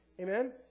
Amen